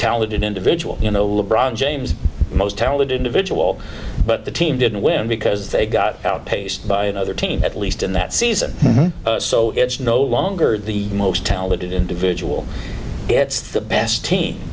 talented individual you know le bron james most talented individual but the team didn't win because they got outpaced by another team at least in that season so it's no longer the most talented individual it's the best team